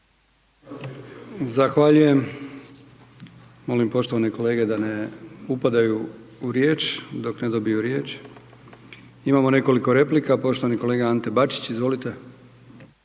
Zahvaljujem. Molim poštovane kolege da ne upadaju u riječ dok ne dobiju riječ. Imamo nekoliko replika. Poštovani kolega Ante Bačić, izvolite.